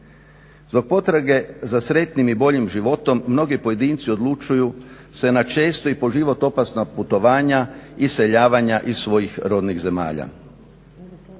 Zbog potrage za sretnim i boljim životom mnogi pojedinci odlučuju se na česta i po život opasna putovanja, iseljavanja iz svojih rodnih zemalja.